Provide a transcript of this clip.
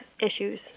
issues